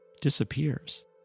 disappears